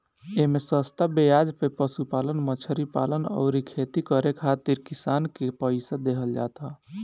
एमे सस्ता बेआज पे पशुपालन, मछरी पालन अउरी खेती करे खातिर किसान के पईसा देहल जात ह